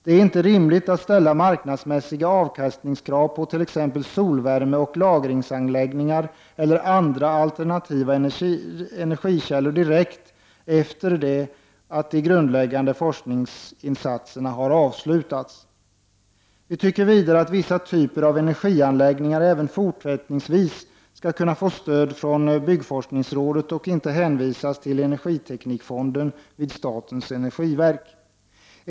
Det är inte rimligt att ställa marknadsmässiga avkastningskrav på t.ex. solvärmeoch lagringsanläggningar eller andra alternativa energikällor direkt efter det att de grundläggande forskningsinsatserna har avslutats. Vi tycker vidare att vissa typer av energianläggningar även fortsättningsvis skall kunna få stöd från byggforskningsrådet och inte hänvisas till energiteknikfonden vid statens energiverk.